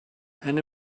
and